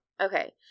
Okay